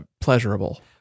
pleasurable